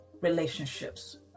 Relationships